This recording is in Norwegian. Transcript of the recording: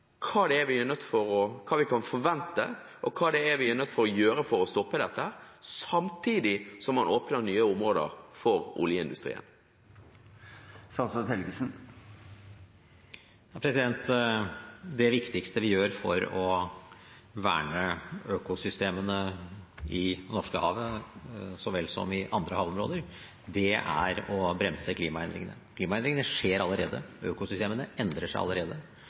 hva vi kan forvente, og hva vi er nødt til å gjøre for å stoppe dette – samtidig som man åpner nye områder for oljeindustrien? Det viktigste vi gjør for å verne økosystemene i Norskehavet så vel som i andre havområder, er å bremse klimaendringene. Klimaendringene skjer allerede, økosystemene endrer seg allerede.